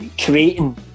creating